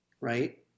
right